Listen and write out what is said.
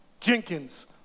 Jenkins